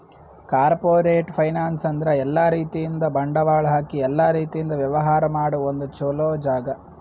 corporate finance ಅಂದ್ರ ಎಲ್ಲಾ ರೀತಿಯಿಂದ್ ಬಂಡವಾಳ್ ಹಾಕಿ ಎಲ್ಲಾ ರೀತಿಯಿಂದ್ ವ್ಯವಹಾರ್ ಮಾಡ ಒಂದ್ ಚೊಲೋ ಜಾಗ